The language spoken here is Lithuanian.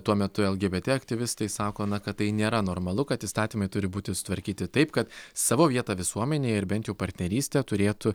tuo metu lgbt aktyvistai sako kad tai nėra normalu kad įstatymai turi būti sutvarkyti taip kad savo vietą visuomenėje ir bent jau partnerystę turėtų